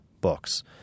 books